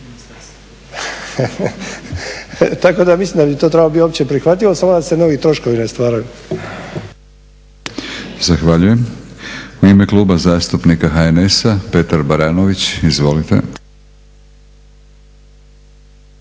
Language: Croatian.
Tako da mislim da bi to trebalo biti opće prihvatljivo samo da se novi troškovi ne stvaraju. **Batinić, Milorad (HNS)** Zahvaljujem. U ime Kluba zastupnika HNS-a Petar Baranović. Izvolite.